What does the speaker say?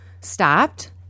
stopped